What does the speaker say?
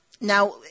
Now